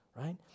right